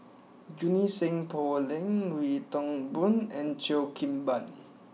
Junie Sng Poh Leng Wee Toon Boon and Cheo Kim Ban